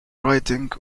writing